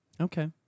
Okay